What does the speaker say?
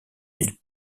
ils